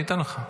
אני אתן לך.